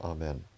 Amen